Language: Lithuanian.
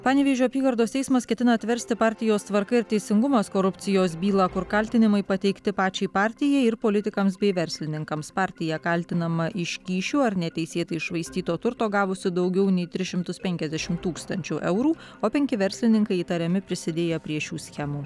panevėžio apygardos teismas ketina atversti partijos tvarka ir teisingumas korupcijos bylą kur kaltinimai pateikti pačiai partijai ir politikams bei verslininkams partija kaltinama iš kyšių ar neteisėtai iššvaistyto turto gavusi daugiau nei tris šimtus penkiasdešimt tūkstančių eurų o penki verslininkai įtariami prisidėję prie šių schemų